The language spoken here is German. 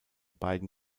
beiden